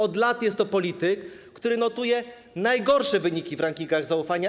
Od lat jest to polityk, który notuje najgorsze wyniki w rankingach zaufania.